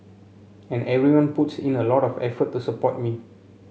and everyone puts in a lot of effort to support me